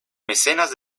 mecenas